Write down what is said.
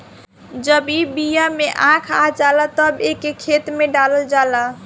जब ई बिया में आँख आ जाला तब एके खेते में डालल जाला